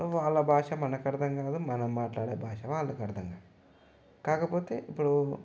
వాళ్ళ భాష అర్థం కాదు మనం మాట్లాడే భాష వాళ్ళకు అర్థం కాదు కాకపోతే ఇప్పుడు